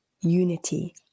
unity